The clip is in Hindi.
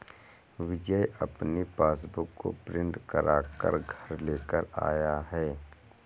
विजय अपनी पासबुक को प्रिंट करा कर घर लेकर आया है